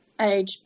age